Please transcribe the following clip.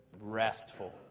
restful